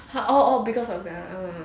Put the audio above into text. all all because of their err